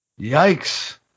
yikes